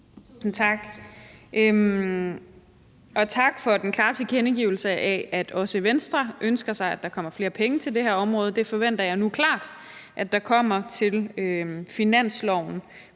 tak for den klare tilkendegivelse af, at også Venstre ønsker sig, at der kommer flere penge til det her område. Det forventer jeg nu klart at der kommer til finansloven.